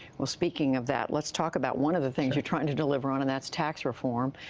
well, speaking of that, let's talk about one of the things you're trying to deliver on. and that is tax reform.